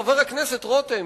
חבר הכנסת רותם,